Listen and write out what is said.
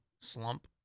slump